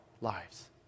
lives